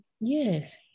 Yes